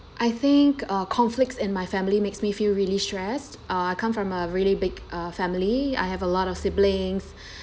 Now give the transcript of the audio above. I think uh conflicts in my family makes me feel really stressed uh I come from a really big uh family I have a lot of siblings